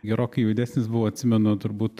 gerokai jaunesnis buvau atsimenu turbūt